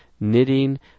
knitting